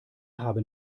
haben